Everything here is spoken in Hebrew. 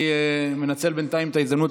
אני מנצל בינתיים את ההזדמנות,